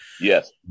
Yes